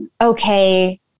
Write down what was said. okay